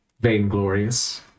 vainglorious